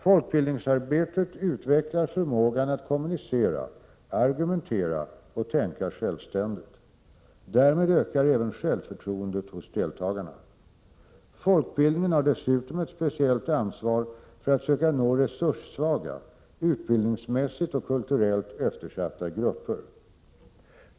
Folkbildningsarbetet utvecklar förmågan att kommunicera, argumentera och tänka självständigt. Därmed ökar även självförtroendet hos deltagarna. Folkbildningen har dessutom ett speciellt ansvar för att söka nå resurssvaga, utbildningsmässigt och kulturellt eftersatta grupper.